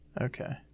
Okay